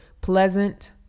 pleasant